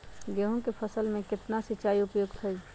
गेंहू के फसल में केतना सिंचाई उपयुक्त हाइ?